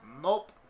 Nope